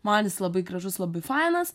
man jis labai gražus labai fainas